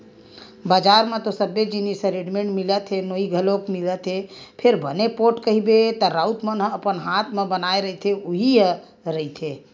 बजार म तो सबे जिनिस ह रेडिमेंट मिलत हे नोई घलोक मिलत हे फेर बने पोठ कहिबे त राउत मन ह अपन हात म बनाए रहिथे उही ह रहिथे